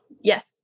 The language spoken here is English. Yes